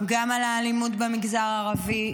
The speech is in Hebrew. גם על האלימות במגזר הערבי.